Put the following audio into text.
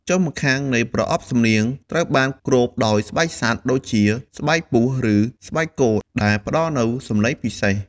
ចុងម្ខាងនៃប្រអប់សំនៀងត្រូវបានគ្របដោយស្បែកសត្វ ដូចជាស្បែកពស់ ឬស្បែកគោ ដែលផ្តល់នូវសំឡេងពិសេស។